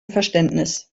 verständnis